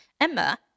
Emma